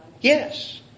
Yes